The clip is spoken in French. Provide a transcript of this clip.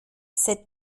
cette